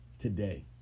today